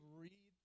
read